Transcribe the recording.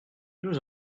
nous